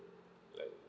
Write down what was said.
like